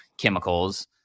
chemicals